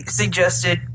suggested